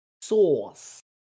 Sauce